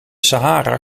sahara